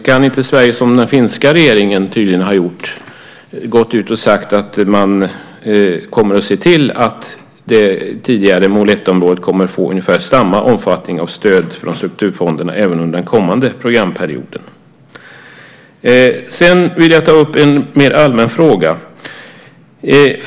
Kan inte Sverige göra som den finska regeringen tydligen har gjort? Man har tydligen gått ut och sagt att man kommer att se till att det tidigare mål 1-området kommer att få ungefär samma omfattning av stöd från strukturfonderna även under den kommande programperioden. Sedan vill jag ta upp en mer allmän fråga.